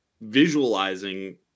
visualizing